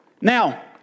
Now